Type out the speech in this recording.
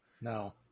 No